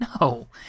No